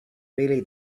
really